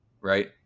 right